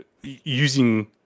using